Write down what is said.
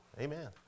Amen